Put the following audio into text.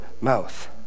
mouth